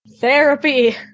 Therapy